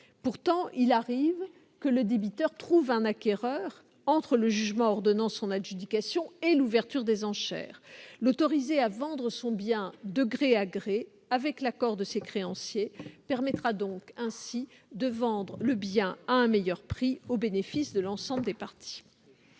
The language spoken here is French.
Pourtant, il arrive que le débiteur trouve un acquéreur entre le jugement ordonnant son adjudication et l'ouverture des enchères. L'autoriser à vendre son bien de gré à gré, avec l'accord de ses créanciers, permettra ainsi de vendre le bien à un meilleur prix au bénéfice de l'ensemble des parties.